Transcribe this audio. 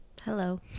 Hello